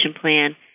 plan